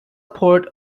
port